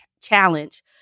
challenge